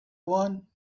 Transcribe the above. one